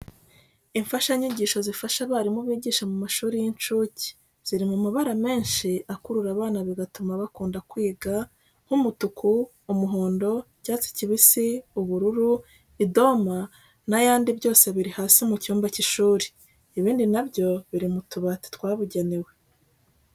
Imfashanyigisho zifasha abarimu bigisha mu mashuri y'incuke, ziri mu mabara menshi akurura abana bigatuma bakunda kwiga nk'umutuku, umuhondo, icyatsi kibisi, ubururu, idoma n'ayandi byose biri hasi mu cyumba cy'ishuri. Ibindi na byo biri mu tubati twabugenewe.